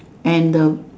and the